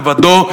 לבדו,